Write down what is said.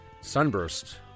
Sunburst